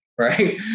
right